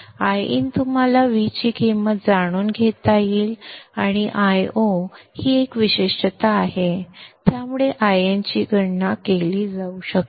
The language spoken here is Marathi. Iin तुम्हाला V ची किंमत जाणून घेता येईल आणि Io आणि Io ही एक विशिष्टता आहे त्यामुळे Iin ची गणना केली जाऊ शकते